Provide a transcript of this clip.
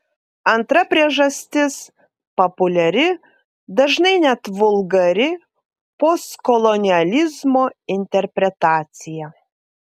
antra priežastis populiari dažnai net vulgari postkolonializmo interpretacija